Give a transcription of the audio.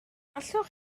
allwch